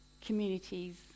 communities